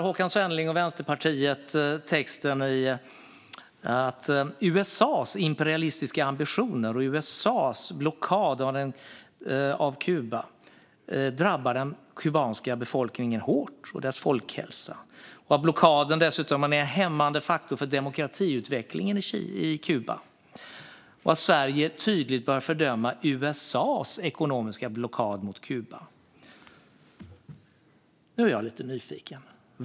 Håkan Svenneling och Vänsterpartiet lägger ut texten gällande att USA:s imperialistiska ambitioner och USA:s blockad av Kuba drabbar den kubanska befolkningen och dess folkhälsa hårt. Man säger också att blockaden är en hämmande faktor för demokratiutvecklingen i Kuba och att Sverige tydligt bör fördöma USA:s ekonomiska blockad mot Kuba. Nu är jag lite nyfiken.